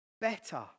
better